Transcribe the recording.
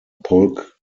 polk